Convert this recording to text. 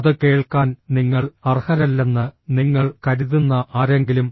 അത് കേൾക്കാൻ നിങ്ങൾ അർഹരല്ലെന്ന് നിങ്ങൾ കരുതുന്ന ആരെങ്കിലും